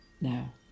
now